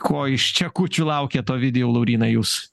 ko iš čekučių laukiat ovidijau lauryna jūs